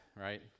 right